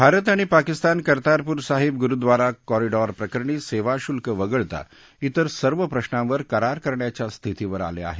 भारत आणि पाकिस्तान कर्तारपूर साहिब गुरूद्वारा कॉरिडॉर प्रकरणी सेवा शुल्क वगळता ईतर सर्व प्रश्नांवर करार करण्याच्या स्थितीवर आले आहेत